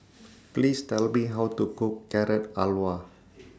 Please Tell Me How to Cook Carrot Halwa